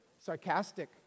sarcastic